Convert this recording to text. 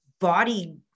body